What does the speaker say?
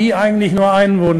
שינו גם כן,